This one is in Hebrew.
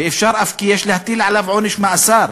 ואפשר אף כי יש להטיל עליו עונש מאסר,